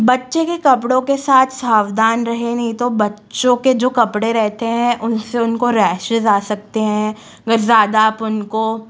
बच्चे के कपड़ों के साथ सावधान रहें नहीं तो बच्चों के जो कपड़े रहते हैं उनसे उनको रैशेज़ आ सकते हैं अगर ज़्यादा आप उनको